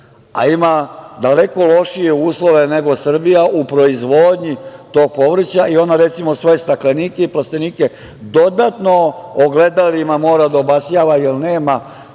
a ima daleko lošije uslove nego Srbija u proizvodnji tog povrća i ona, recimo, svoje staklenike i plastenike dodatno ogledalima mora da obasjava jer nema